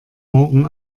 morgen